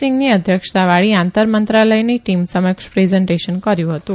સિંઘની અધ્યક્ષતાવાળી આંતર મંત્રાલયની ટીમ સમક્ષ પ્રેઝન્ટેશન કર્યુ હતું